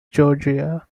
georgia